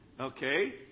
Okay